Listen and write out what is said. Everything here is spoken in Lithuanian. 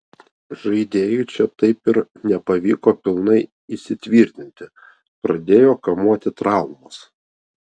žaidėjui čia taip ir nepavyko pilnai įsitvirtinti pradėjo kamuoti traumos